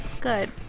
Good